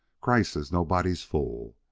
kreiss is nobody's fool.